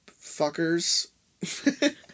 fuckers